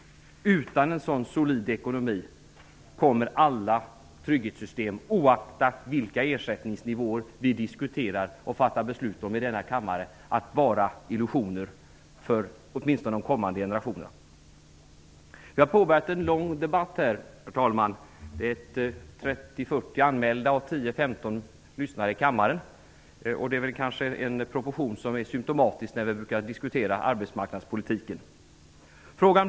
Utan en sådan solid ekonomi kommer alla trygghetssystem, oaktat vilka ersättningsnivåer vi diskuterar och fattar beslut om i denna kammare, att vara illusioner för åtminstone de kommande generationerna. Vi har påbörjat en lång debatt. Det är 30--40 talare anmälda och 10--15 personer lyssnar i kammaren. Det är kanske en proportion som är symtomatisk när vi diskuterar arbetsmarknadspolitiken.